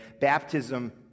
baptism